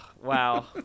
Wow